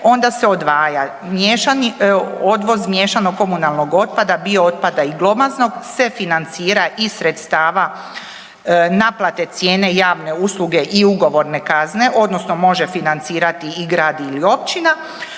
onda se odvaja miješani, odvoz miješanog komunalnog otpada, biootpada i glomaznog se financira iz sredstava naplate cijene javne usluge i ugovorne kazne odnosno može financirati i grad ili općina,